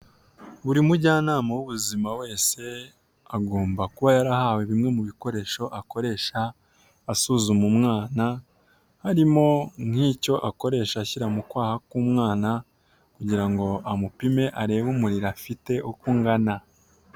Buri mujyanama w'ubuzima wese agomba kuba yarahawe bimwe mu bikoresho akoresha asuzuma umwana harimo nk'icyo akoresha ashyira mu kwaha k'umwana kugira ngo amupime arebe umuriro afite uko ungana.